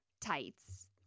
tights